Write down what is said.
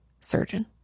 surgeon